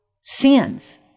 sins